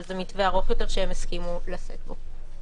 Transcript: אבל זה מתווה ארוך יותר שהם הסכימו לשאת בו.